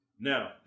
Now